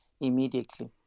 immediately